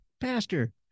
pastor